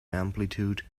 amplitude